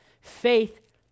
faith